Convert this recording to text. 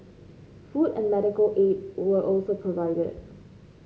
food and medical aid were also provided